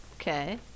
Okay